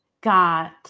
got